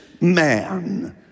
man